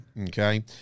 Okay